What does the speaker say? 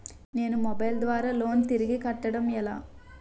నేను మొబైల్ ద్వారా లోన్ తిరిగి కట్టడం ఎలా?